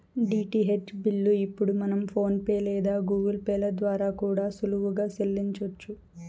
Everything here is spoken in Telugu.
డీటీహెచ్ బిల్లు ఇప్పుడు మనం ఫోన్ పే లేదా గూగుల్ పే ల ద్వారా కూడా సులువుగా సెల్లించొచ్చు